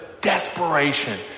desperation